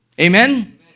Amen